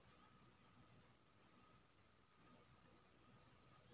कोनो आपदा मे भेल नोकसान केँ फसल बीमा कवर करैत छै